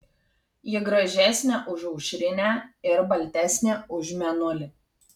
ji gražesnė už aušrinę ir baltesnė už mėnulį